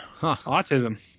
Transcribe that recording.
Autism